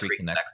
reconnect